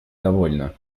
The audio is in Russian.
довольно